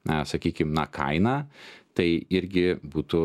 na sakykim na kainą tai irgi būtų